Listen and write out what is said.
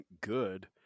good